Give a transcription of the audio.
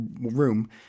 room